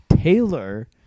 Taylor